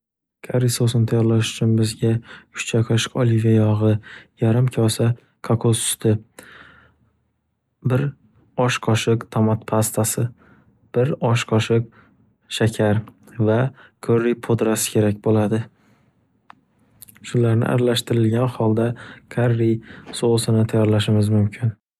Kari sousini tayyorlash uchun bizga uch choy qoshiq olivia yog'i, yarim kosa kokos suti, bir osh qoshiq tomat pastasi, bir osh qoshiq shakar va ko'rri podrasi kerak bo'ladi. Shularni aralashtirilgan holda karry sovusini tayyorlashimiz mumkin.